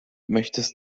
möchtest